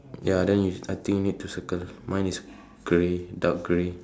ya then you I think you need to circle mine is grey dark grey